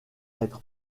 être